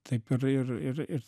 taip ir ir ir ir